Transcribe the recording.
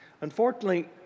Unfortunately